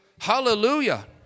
Hallelujah